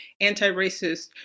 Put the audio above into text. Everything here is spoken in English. anti-racist